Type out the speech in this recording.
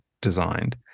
designed